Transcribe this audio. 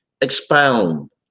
expound